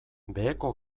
beheko